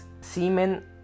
semen